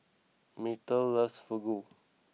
Myrtle loves Fugu